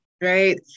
right